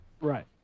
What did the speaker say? Right